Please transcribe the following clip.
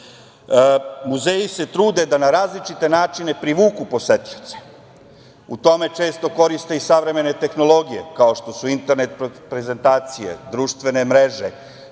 se trude da na različite načine privuku posetioce. U tome često koriste i savremene tehnologije, kao što su internet prezentacije, društvene mreže,